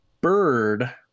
bird